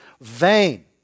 vain